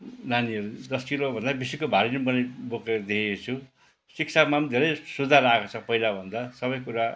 नानीहरू दस किलोभन्दा बेसीको भारी मैले बोकेको देखेको छु शिक्षामा पनि धेरै सुधार आएको छ पहिलाभन्दा सबै कुरा